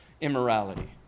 immorality